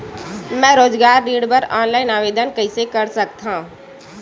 मैं रोजगार ऋण बर ऑनलाइन आवेदन कइसे कर सकथव?